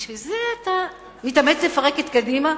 בשביל זה אתה מתאמץ לפרק את קדימה?